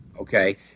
okay